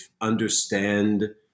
understand